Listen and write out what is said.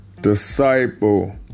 disciple